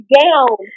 down